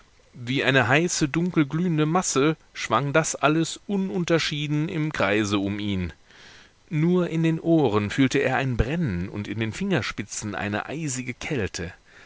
wie eine heiße dunkel glühende masse schwang das alles ununterschieden im kreise um ihn nur in den ohren fühlte er ein brennen und in den fingerspitzen eine eisige kälte